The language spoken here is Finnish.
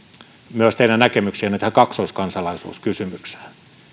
myös teidän näkemyksiänne kaksoiskansalaisuuskysymykseen